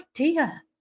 idea